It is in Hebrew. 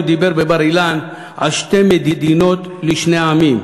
דיבר בבר-אילן על שתי מדינות לשני עמים?